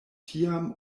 tiam